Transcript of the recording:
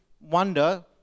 wonder